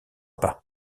pas